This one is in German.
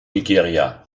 nigeria